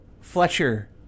Fletcher –